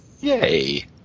Yay